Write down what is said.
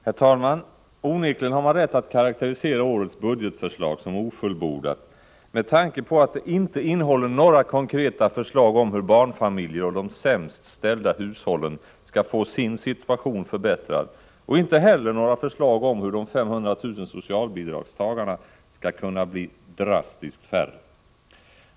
Herr talman! Onekligen har man rätt att karakterisera årets budgetförslag som ofullbordat med tanke på att det inte innehåller några konkreta förslag om hur barnfamiljer och de sämst ställda hushållen skall få sin situation förbättrad och inte heller några förslag om hur de 500 000 socialbidragstagarna skall kunna bli drastiskt färre.